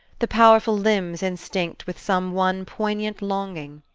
the powerful limbs instinct with some one poignant longing.